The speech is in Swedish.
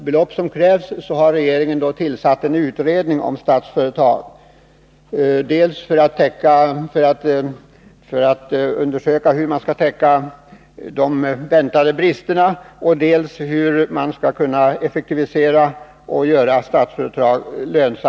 Med anledning av att det krävs ett så stort belopp har regeringen tillsatt en utredning om Statsföretag.